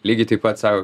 lygiai taip pat sako